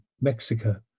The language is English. Mexico